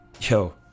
Yo